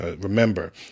remember